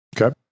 Okay